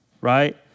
right